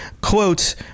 quote